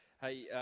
Hey